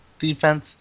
defense